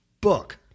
book